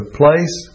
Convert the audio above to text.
place